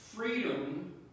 Freedom